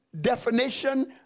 definition